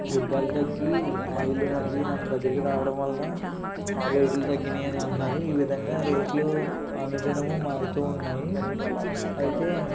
యుద్దాలు తగ్గి ఆయిలు మళ్ళీ మన దగ్గరికి రావడం వల్ల రేట్లు తగ్గినయి అని అంటన్నారు ఈ విధంగా రేట్లు అనుదినము మారుతూ ఉన్నాయి అయితే